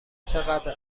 چقدر